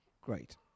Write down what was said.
great